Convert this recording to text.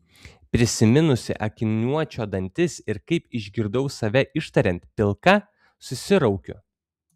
prisiminusi akiniuočio dantis ir kaip išgirdau save ištariant pilka susiraukiu